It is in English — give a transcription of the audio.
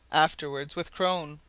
afterwards, with crone.